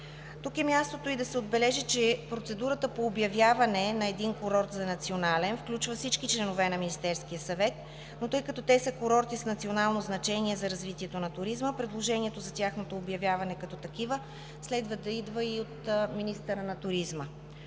Тук е мястото и да се отбележи, че процедурата по обявяване на един курорт за национален включва всички членове на Министерския съвет, но тъй като те са курорти с национално значение за развитието на туризма, предложението за тяхното обявяване като такива следва да идва и от министъра на туризма.